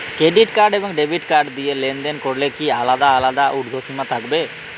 Credit card এবং debit card দিয়ে লেনদেন করলে কি আলাদা আলাদা ঊর্ধ্বসীমা থাকবে?